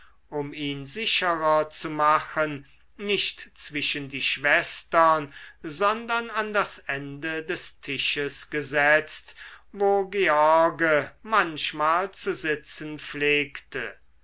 um ihn sicherer zu machen nicht zwischen die schwestern sondern an das ende des tisches gesetzt wo george manchmal zu sitzen pflegte